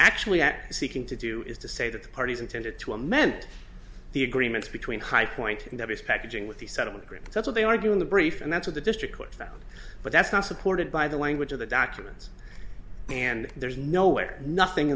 actually at seeking to do is to say that the parties intended to amend the agreements between high point and that is packaging with the settlement agreement that's what they argue in the brief and that's what the district court found but that's not supported by the language of the documents and there's nowhere nothing